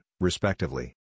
respectively